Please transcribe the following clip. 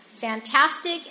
Fantastic